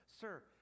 sir